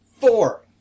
Four